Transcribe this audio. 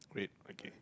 red okay